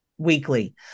weekly